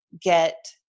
get